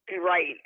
Right